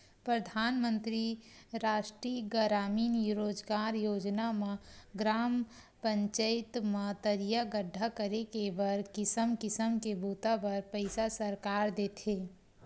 परधानमंतरी रास्टीय गरामीन रोजगार योजना म ग्राम पचईत म तरिया गड्ढ़ा करे के बर किसम किसम के बूता बर पइसा सरकार देथे